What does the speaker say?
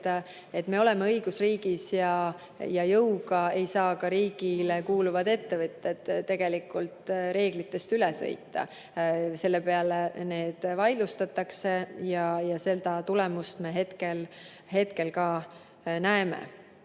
et me oleme õigusriigis ja jõuga ei saa ka riigile kuuluvad ettevõtted reeglitest üle sõita. See vaidlustatakse ja seda tulemust me hetkel ka näeme.